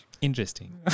Interesting